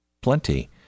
plenty